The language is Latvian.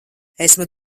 esmu